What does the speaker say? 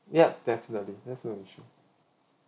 yup definitely there's no issue